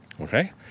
Okay